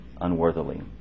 unworthily